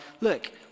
look